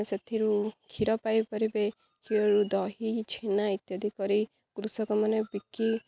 ସେଥିରୁ କ୍ଷୀର ପାଇପାରିବେ କ୍ଷୀରରୁ ଦହି ଛେନା ଇତ୍ୟାଦି କରି କୃଷକମାନେ ବିକି